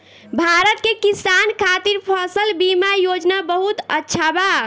भारत के किसान खातिर फसल बीमा योजना बहुत अच्छा बा